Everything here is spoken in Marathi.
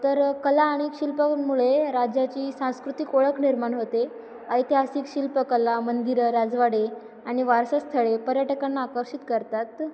तर कला आणि शिल्पामुळे राज्याची सांस्कृतिक ओळख निर्माण होते ऐतिहासिक शिल्पकला मंदिरं राजवाडे आणि वारसास्थळे पर्यटकांना आकर्षित करतात